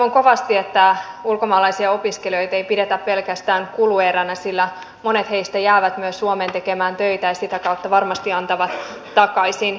toivon kovasti että ulkomaalaisia opiskelijoita ei pidetä pelkästään kulueränä sillä monet heistä jäävät suomeen myös tekemään töitä ja sitä kautta varmasti antavat takaisin